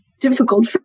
difficult